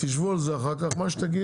תשבו על זה אחר כך, מה שתגיעו.